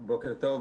בוקר טוב.